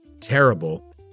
terrible